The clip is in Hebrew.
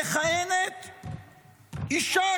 מכהנת אישה